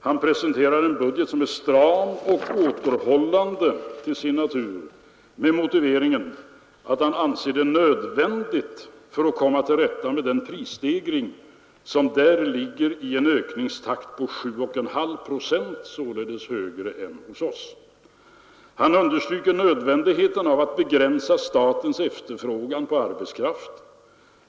Han presenterar en budget som är stram och återhållande till sin natur med motiveringen att han anser det nödvändigt för att komma till rätta med prisstegringen, som där har en ökningstakt på 7,5 procent, således högre än hos oss. Han understryker nödvändigheten av att begränsa statens efterfrågan på arbetskraft.